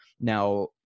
Now